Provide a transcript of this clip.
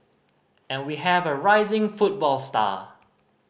and we have a rising football star